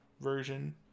version